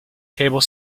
table